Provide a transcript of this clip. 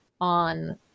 on